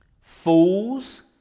Fools